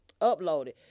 uploaded